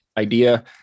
idea